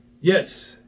Yes